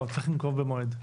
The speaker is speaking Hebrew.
לא, צריך לנקוב במועד.